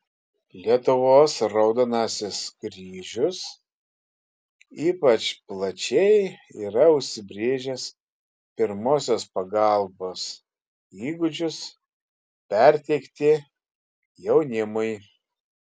lietuvos raudonasis kryžius ypač plačiai yra užsibrėžęs pirmosios pagalbos įgūdžius perteikti jaunimui